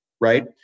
right